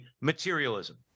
materialism